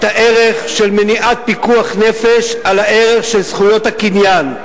הערך של מניעת פיקוח נפש על הערך של זכויות הקניין.